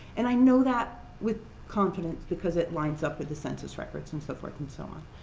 and i know that with confidence because it winds up with the census records, and so forth, and so on.